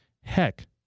Heck